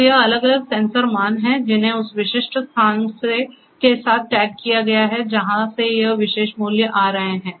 तो यह अलग अलग सेंसर मान हैं जिन्हें उस विशिष्ट स्थान के साथ टैग किया गया है जहां से यह विशेष मूल्य आ रहा है